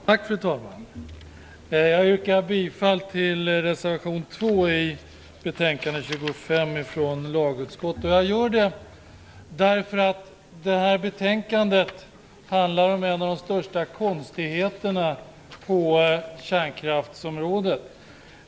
Fru talman! Jag yrkar bifall till reservation 2 vid betänkande 25 från lagutskottet. Jag gör det därför att detta betänkande handlar om en av de största konstigheterna på kärnkraftsområdet.